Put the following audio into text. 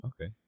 Okay